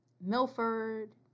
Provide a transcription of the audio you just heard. Milford